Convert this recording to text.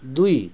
दुई